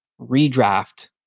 redraft